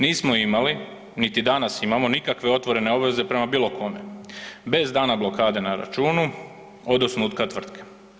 Nismo imali, niti danas imamo nikakve otvorene obveze prema bilo kome bez dana blokade na računu od osnutka tvrtke.